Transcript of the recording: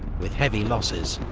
with heavy losses.